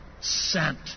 sent